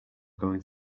going